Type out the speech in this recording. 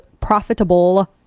profitable